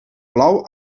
plou